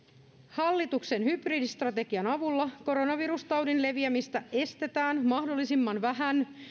hallituksen hybridistrategian avulla koronavirustaudin leviämistä estetään mahdollisimman vähän